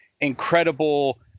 incredible